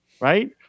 right